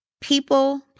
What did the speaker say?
People